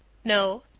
no,